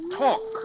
talk